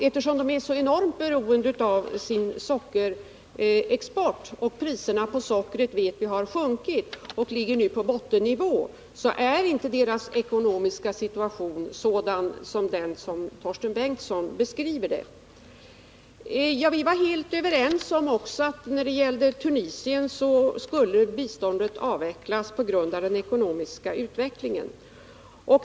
Eftersom Cuba är så enormt beroende av sin sockerexport och priset på socker har sjunkit till bottennivå, är inte Cubas ekonomiska situation sådan som Torsten Bengtson beskriver den. Vi var helt överens om att biståndet till Tunisien skulle avvecklas på grund av den ekonomiska utvecklingen.